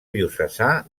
diocesà